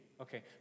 Okay